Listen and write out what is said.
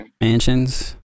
mansions